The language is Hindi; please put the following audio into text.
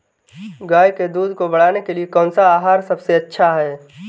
गाय के दूध को बढ़ाने के लिए कौनसा आहार सबसे अच्छा है?